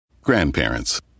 Grandparents